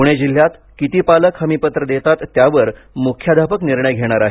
पुणे जिल्ह्यात किती पालक हमीपत्र देतात त्यावर मुख्याध्यापक निर्णय घेणार आहेत